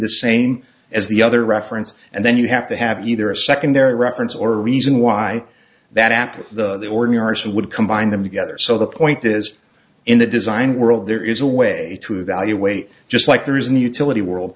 the same as the other reference and then you have to have either a secondary reference or a reason why that happens the ordinary person would combine them together so the point is in the design world there is a way to evaluate just like there is in the utility world